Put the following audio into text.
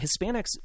hispanics